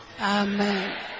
Amen